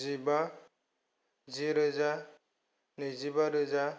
जिबा जि रोजा नैजिबा रोजा